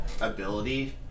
ability